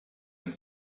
and